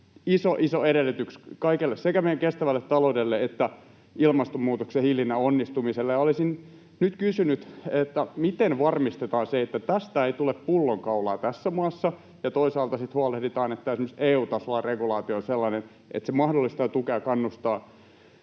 iso edellytys kaikelle — sekä meidän kestävälle taloudelle että ilmastonmuutoksen hillinnän onnistumiselle. Olisin nyt kysynyt: miten varmistetaan se, että tästä ei tule pullonkaulaa tässä maassa, ja toisaalta sitten huolehditaan, että esimerkiksi EU-tasolla regulaatio on sellainen, että se mahdollistaa, tukee ja kannustaa